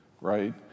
right